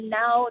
now